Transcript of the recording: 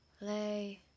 lay